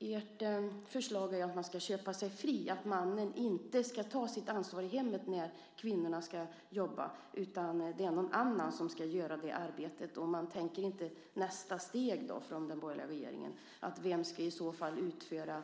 Ert förslag är att man ska köpa sig fri, att mannen inte ska ta sitt ansvar i hemmet när kvinnorna ska jobba utan att någon annan ska göra det arbetet. Då tänker den borgerliga regeringen inte på nästa steg, vem som i så fall ska utföra